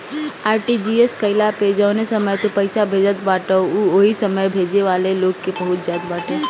RTGS कईला पअ जवने समय तू पईसा भेजत बाटअ उ ओही समय भेजे वाला के लगे पहुंच जात बाटे